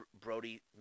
Brody